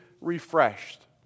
refreshed